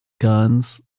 guns